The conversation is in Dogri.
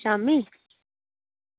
शामीं